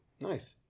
Nice